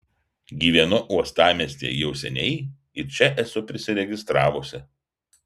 gyvenu uostamiestyje jau seniai ir čia esu prisiregistravusi